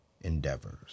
endeavors